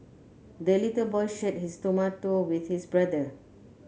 the little boy shared his tomato with his brother